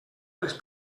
les